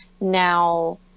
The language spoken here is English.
now